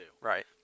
Right